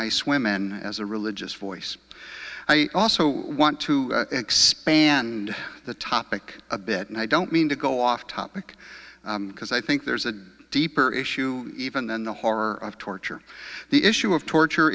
women as a religious voice i also want to expand the topic a bit and i don't mean to go off topic because i think there's a deeper issue even than the horror of torture the issue of torture